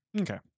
Okay